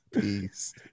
Peace